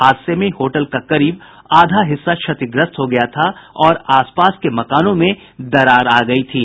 हादसे में होटल का करीब आधा हिस्सा क्षतिग्रस्त हो गया था और आसपास के मकानों में दरार आ गयी थी